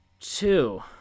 two